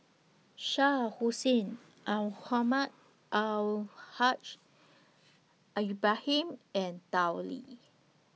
Shah Hussain Al Haj Ibrahim and Tao Li